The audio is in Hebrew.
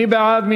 מי בעד?